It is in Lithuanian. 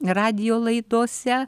radijo laidose